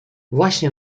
właśnie